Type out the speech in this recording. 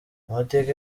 amateka